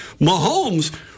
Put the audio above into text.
Mahomes